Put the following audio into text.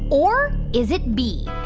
or is it b,